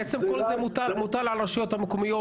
בעצם כל זה מוטל על הרשויות המקומיות,